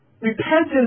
Repentance